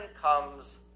comes